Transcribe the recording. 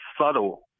subtle